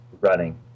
running